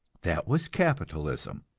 that was capitalism,